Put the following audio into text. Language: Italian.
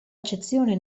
accezione